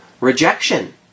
rejection